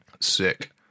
Sick